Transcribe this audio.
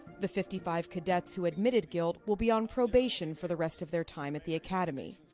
the fifty five cadets who admitted guilt will be on probation for the rest of their time at the academy.